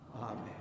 Amen